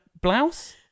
blouse